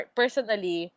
personally